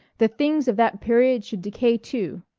the things of that period should decay too,